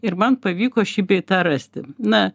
ir man pavyko šį bei tą rasti na